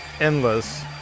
endless